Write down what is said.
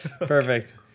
Perfect